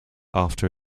after